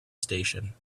station